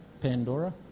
Pandora